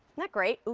that great?